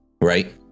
right